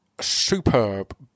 superb